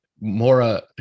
Mora